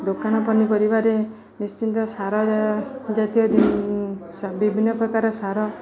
ଦୋକାନ ପନିପରିବାରେ ନିଶ୍ଚିନ୍ତ ସାର ଜାତୀୟ ବିଭିନ୍ନ ପ୍ରକାର ସାର